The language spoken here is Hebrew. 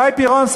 שי פירון,